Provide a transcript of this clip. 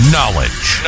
Knowledge